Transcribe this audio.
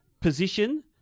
position